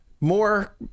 more